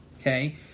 Okay